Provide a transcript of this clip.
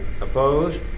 Opposed